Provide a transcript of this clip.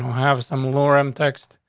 have some lauren text.